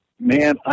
man